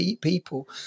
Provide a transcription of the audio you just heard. people